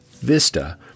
Vista